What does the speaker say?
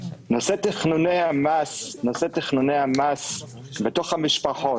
נושא תכנוני המס בתוך המשפחות,